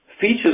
Features